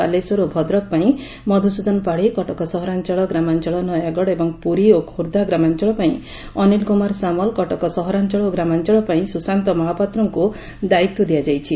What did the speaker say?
ବାଲେଶ୍ୱର ଓ ଭଦ୍ରକ ପାଇଁ ମଧୁସୂଦନ ପାଢୀ କଟକ ସହରାଞଳ ଗ୍ରାମାଞଳ ନୟାଗଡ଼ ଏବଂ ପୁରୀ ଓ ଖୋର୍ବ୍ଧା ଗ୍ରାମାଞଳ ପାଇଁ ଅନୀଲ କୁମାର ସାମଲ କଟକ ସହରାଅଳ ଓ ଗ୍ରାମାଅଳ ପାଇଁ ସୁଶାନ୍ତ ମହାପାତ୍ରଙ୍କୁ ଦାୟିତ୍ ଦିଆଯାଇଛି